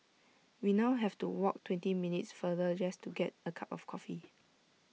we now have to walk twenty minutes farther just to get A cup of coffee